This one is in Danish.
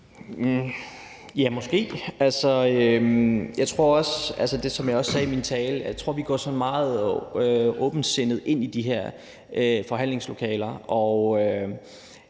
i min tale, tror jeg også, vi vil gå sådan meget åbensindede ind i de her forhandlingslokaler,